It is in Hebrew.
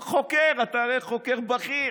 חוקר, אתה הרי חוקר בכיר.